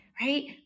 right